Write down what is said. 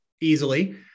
easily